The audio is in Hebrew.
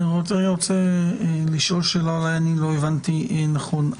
אני רוצה לשאול שאלה, אולי אני לא הבנתי נכון.